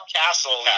castle